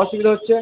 অসুবিধা হচ্ছে